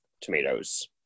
tomatoes